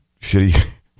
shitty